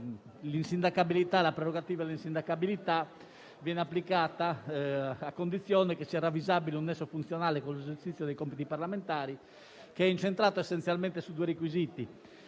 La prerogativa dell'insindacabilità viene applicata a condizione che sia ravvisabile un nesso funzionale con l'esercizio dei compiti parlamentari, che è incentrato essenzialmente su due requisiti.